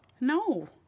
No